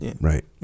right